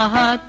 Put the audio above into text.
la